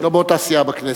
לא באותה סיעה בכנסת,